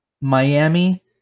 Miami